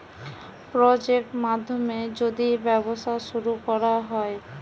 project মাধ্যমে যদি ব্যবসা শুরু করা হয়